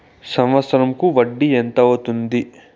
సంవత్సరం కు వడ్డీ ఎంత అవుతుంది?